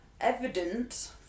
evidence